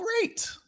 Great